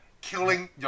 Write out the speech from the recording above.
Killing